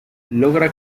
logra